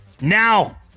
now